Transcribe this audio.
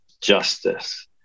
justice